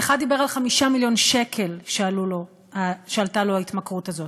דיבר על 5 מיליון שקל שעלתה ההתמכרות הזאת,